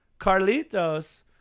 Carlitos